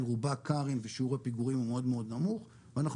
רובה קארים ושיעור הפיגורים הוא מאוד נמוך ואנחנו